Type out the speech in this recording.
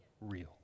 real